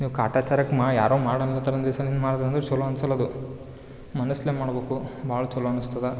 ನೀವು ಕಾಟಾಚಾರಾಕ್ಕೆ ಮಾ ಯಾರೋ ಮಾಡ್ಲಾನ ಹತ್ತರ್ ಒಂದಿವ್ಸ ನೀನು ಮಾಡಿದ್ರಂದ್ ಚಲೋ ಅನ್ಸೋಲ್ಲ ಅದು ಮನಸಲ್ಲೇ ಮಾಡ್ಬೇಕು ಭಾಳ್ ಚಲೋ ಅನಿಸ್ತಾದ